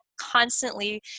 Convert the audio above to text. constantly